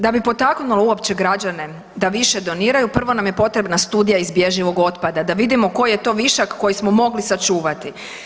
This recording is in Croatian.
Da bi potaknulo uopće građane da više doniraju prvo nam je potrebna studija izbježivog otpada, da vidimo koji je to višak koji smo mogli sačuvati.